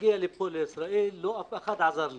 כשהגעתי לישראל אף אחד לא עזר לי,